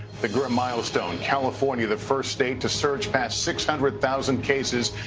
the grim milestone, california, the first state to surge passed six hundred thousand cases.